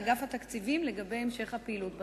אגף התקציבים על המשך הפעילות בתחום.